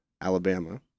Alabama